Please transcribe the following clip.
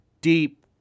deep